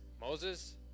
Moses